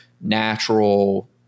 natural